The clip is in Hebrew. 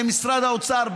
ומשרד האוצר,